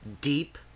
deep